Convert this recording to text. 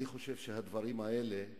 אני חושב שהדברים האלה,